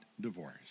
divorce